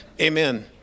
Amen